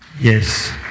Yes